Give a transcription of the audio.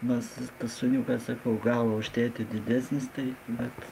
nes tas sūniukas sakau galvą už tėtį didesnis tai bet